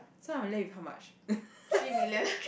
so I'm left with how much